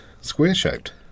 square-shaped